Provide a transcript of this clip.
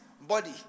body